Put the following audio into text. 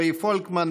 רועי פולקמן,